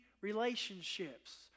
relationships